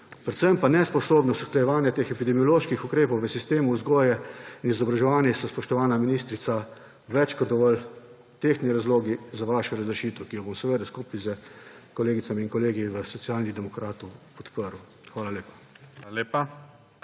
predvsem pa nesposobnost usklajevanja teh epidemioloških ukrepov v sistemu vzgoje in izobraževanja, so, spoštovana ministrica, več kot dovolj tehtni razlogi za vašo razrešitev, ki jo bom seveda skupaj s kolegicami in kolegi Socialnih demokratov podprl. Hvala lepa.